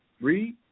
Read